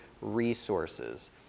resources